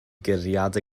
guriad